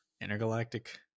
intergalactic